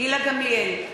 גילה גמליאל,